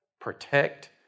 Protect